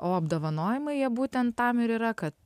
o apdovanojimai jie būtent tam ir yra kad